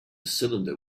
cylinder